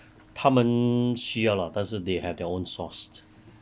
他们需要 lah 但是 they have their own source